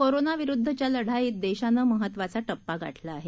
कोरोनाविरुद्धच्या लढाईत देशानं महत्त्वाचा टप्पा गाठला आहे